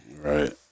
Right